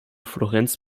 florenz